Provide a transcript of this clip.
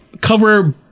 cover